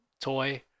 toy